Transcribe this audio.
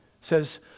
says